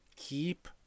keep